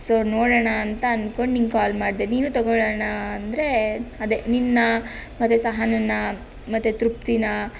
so ನೋಡೋಣ ಅಂತ ಅಂದ್ಕೊಂಡು ನಿನಗೆ ಕಾಲ್ ಮಾಡಿದೆ ನೀನು ತೊಗೋಳೋಣ ಅಂದರೆ ಅದೇ ನಿನ್ನ ಮತ್ತೆ ಸಹನನ್ನ ಮತ್ತೆ ತೃಪ್ತಿನ